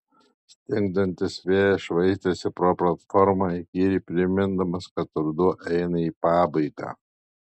stingdantis vėjas švaistėsi po platformą įkyriai primindamas kad ruduo eina į pabaigą